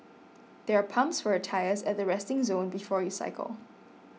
there are pumps for your tyres at the resting zone before you cycle